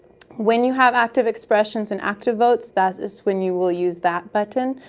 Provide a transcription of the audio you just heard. when you have activexpressions and activnotes, that is when you will use that button.